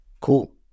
Cool